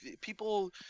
people